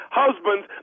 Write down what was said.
husbands